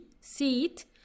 seat